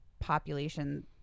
population